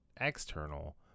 external